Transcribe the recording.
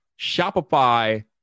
Shopify